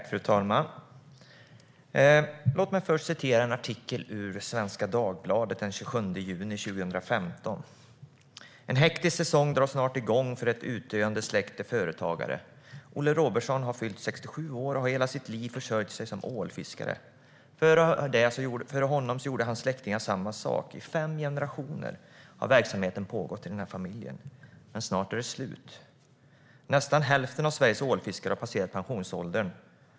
Fru talman! Låt mig först citera en artikel i Svenska Dagbladet från den 27 juni 2015. "En hektisk säsong drar snart igång för ett utdöende släkte företagare. Olle Robertsson har fyllt 67 år och har hela sitt liv försörjt sig som ålfiskare. Före honom gjorde hans släktingar samma sak. I fem generationer har verksamheten pågått i familjen. Men snart är det slut. - Nästan hälften av Sveriges ålfiskare har passerat pensionsåldern.